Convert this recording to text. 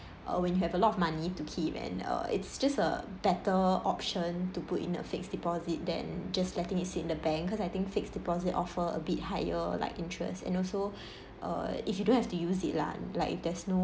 or when you have a lot of money to keep and uh it's just a better option to put in a fixed deposit than just letting it sit the bank cause I think fixed deposit offer a bit higher like interest and also uh if you don't have to use it lah like if there's no